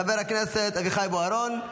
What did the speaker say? חבר הכנסת אביחי בוארון,